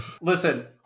Listen